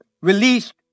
released